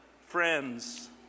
Friends